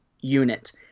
unit